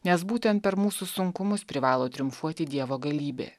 nes būtent per mūsų sunkumus privalo triumfuoti dievo galybė